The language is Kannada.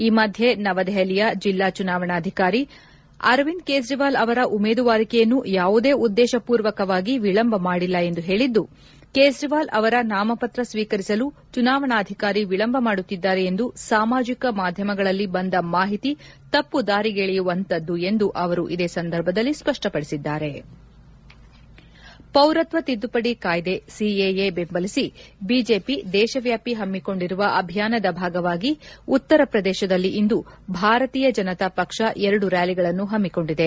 ಈ ಮಧ್ಯೆ ನವದೆಹಲಿಯ ಜಿಲ್ಲಾ ಚುನಾವಣಾಧಿಕಾರಿ ಅರವಿಂದ್ ಕೇಜ್ರವಾಲ್ ಅವರ ಉಮೇದುವಾರಿಕೆಯನ್ನು ಯಾವುದೇ ಉದ್ದೇಶ ಪೂರ್ವಕವಾಗಿ ವಿಳಂಬ ಮಾಡಿಲ್ಲ ಎಂದು ಹೇಳಿದ್ದು ಕೇಜ್ರವಾಲ್ ಅವರ ನಾಮಪತ್ರ ಸ್ವೀಕರಿಸಲು ಚುನಾವಣಾಧಿಕಾರಿ ವಿಳಂಬ ಮಾಡುತ್ತಿದ್ದಾರೆ ಎಂದು ಸಾಮಾಜಿಕ ಮಾಧ್ಯಮಗಳಲ್ಲಿ ಬಂದ ಮಾಹಿತಿ ತಪ್ಪುದಾರಿಗೆಳೆಯುವಂತದ್ದು ಎಂದು ಅವರು ಇದೇ ವೇಳೆ ಸ್ಪಷ್ಟಪಡಿಸಿದ್ದಾರೆ ಪೌರತ್ವ ತಿದ್ದುಪಡಿ ಕಾಯ್ದೆ ಸಿಎಎ ಬೆಂಬಲಿಸಿ ಬಿಜೆಪಿ ದೇಶವ್ಠಾಪಿ ಪಮ್ಮಕೊಂಡಿರುವ ಅಭಿಯಾನದ ಭಾಗವಾಗಿ ಉತ್ತರ ಪ್ರದೇಶದಲ್ಲಿ ಇಂದು ಭಾರತೀಯ ಜನತಾ ಪಕ್ಷ ಎರಡು ರ್ಕಾಲಿಗಳನ್ನು ಪಮ್ಮಿಕೊಂಡಿದೆ